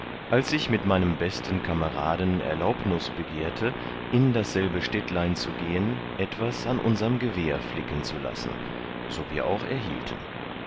als ich mit meinem besten kameraden erlaubnus begehrte in dasselbe städtlein zu gehen etwas an unserm gewehr flicken zu lassen so wir auch erhielten